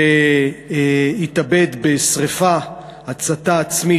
שהתאבד בשרפה הצתה עצמית,